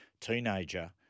teenager